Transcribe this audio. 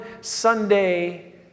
Sunday